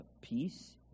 peace